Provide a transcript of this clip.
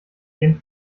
gehen